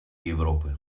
европы